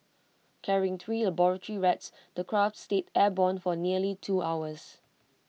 carrying three laboratory rats the craft stayed airborne for nearly two hours